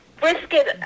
brisket